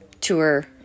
tour